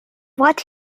what